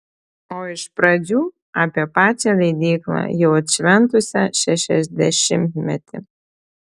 o iš pradžių apie pačią leidyklą jau atšventusią šešiasdešimtmetį